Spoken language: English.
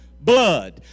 blood